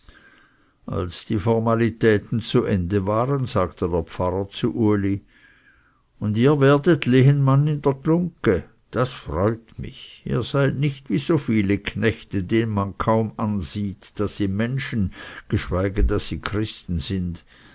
als die formalitäten zu ende waren sagte der pfarrer zu uli und ihr werdet lehenmann in der glungge das freut mich ihr seid nicht wie so viele knechte denen man kaum ansieht daß sie menschen geschweige daß sie christen sind